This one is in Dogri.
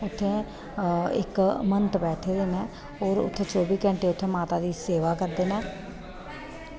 उत्थें इक मंहत बैठे दे न होर उत्थें चौबी घैंटे उत्थै माता दी सेवा करदे न